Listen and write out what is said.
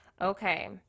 Okay